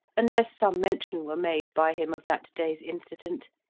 unless some mention were made by him of that day's incident,